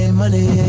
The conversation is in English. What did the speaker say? money